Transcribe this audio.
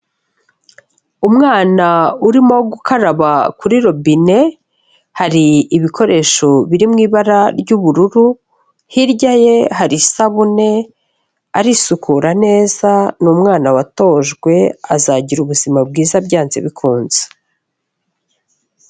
Umwana urimo gukaraba kuri robine, hari ibikoresho biri mu ibara ry'ubururu, hirya ye hari isabune arisukura neza ni umwana watojwe azagira ubuzima bwiza byanze bikunze.